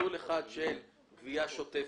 מסלול אחד של גבייה שוטפת,